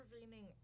intervening